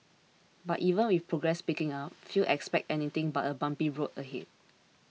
but even with progress picking up few expect anything but a bumpy road ahead